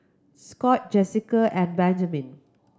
Scott Jessika and Benjamen